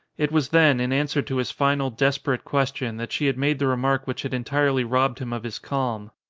it was then, in answer to his final, desperate question, that she had made the remark which had entirely robbed him of his calm.